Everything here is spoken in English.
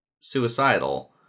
suicidal